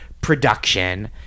production